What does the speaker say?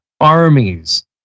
armies